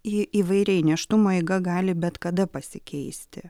ji įvairiai nėštumo eiga gali bet kada pasikeisti